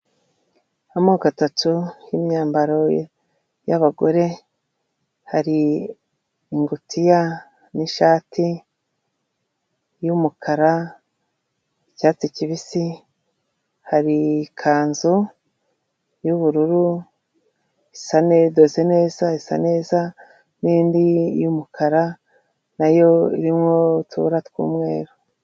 Amoko atatu y'imyambaro y'abagore hari ingutiya n'ishati y'umukara, icyatsi kibisi hari ikanzu y'ubururu isa neza, idoze neza isa neza n'indi y'umukara na yo irimo utuba tw'umweru.